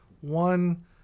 one